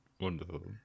Wonderful